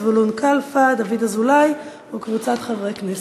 זבולון קלפה ודוד אזולאי וקבוצת חברי כנסת.